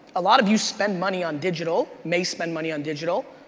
a lot of you spend money on digital, may spend money on digital.